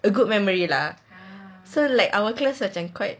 a good memory lah so like our class macam quite